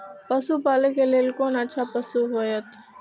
पशु पालै के लेल कोन अच्छा पशु होयत?